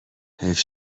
حیف